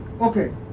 Okay